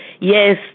Yes